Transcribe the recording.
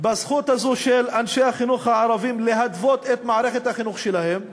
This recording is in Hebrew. בזכות הזאת של אנשי החינוך הערבים להתוות את מערכת החינוך שלהם,